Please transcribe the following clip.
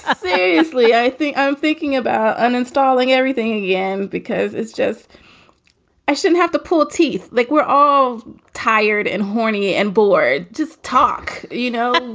ah seriously, i think i'm thinking about uninstalling everything again because it's just i shouldn't have to pull teeth. like we're all tired and horny and bored. just talk. you know,